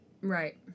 Right